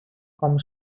com